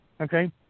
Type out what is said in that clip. Okay